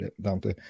Dante